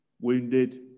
wounded